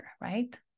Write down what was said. right